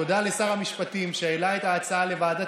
תודה לשר המשפטים שהעלה את ההצעה לוועדת